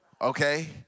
okay